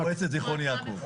ראש מועצת זכרון יעקב.